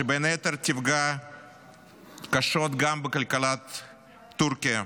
שבין היתר תפגע קשות גם בכלכלת טורקיה,